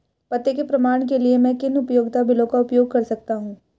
पते के प्रमाण के लिए मैं किन उपयोगिता बिलों का उपयोग कर सकता हूँ?